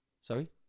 Sorry